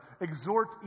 exhort